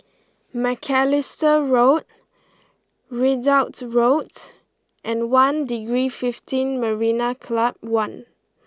Macalister Road Ridout Roads and One Degree Fifteen Marina Club One